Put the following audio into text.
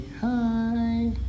hi